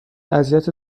اذیت